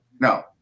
no